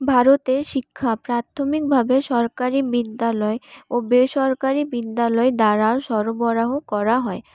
ভারতে শিক্ষা প্রাথমিকভাবে সরকারি বিদ্যালয় ও বেসরকারি বিদ্যালয় দ্বারা সরবরাহ করা হয়